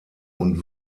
und